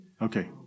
Okay